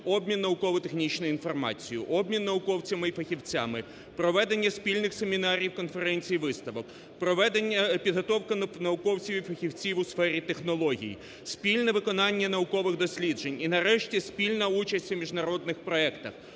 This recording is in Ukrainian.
обмін науково-технічною інформацією, обмін науковцями і фахівцями, проведення спільних семінарів, конференцій і виставок, підготовка науковців і фахівців у сфері технологій, спільне виконання наукових досліджень і, нарешті, спільна участь у міжнародних проектах.